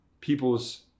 people's